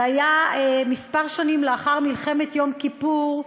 זה היה כמה שנים לאחר מלחמת יום כיפור,